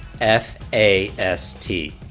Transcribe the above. F-A-S-T